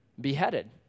beheaded